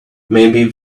maybe